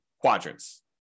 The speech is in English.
quadrants